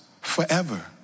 forever